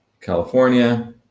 California